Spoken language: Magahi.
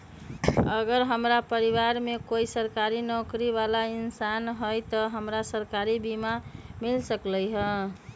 अगर हमरा परिवार में कोई सरकारी नौकरी बाला इंसान हई त हमरा सरकारी बीमा मिल सकलई ह?